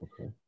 Okay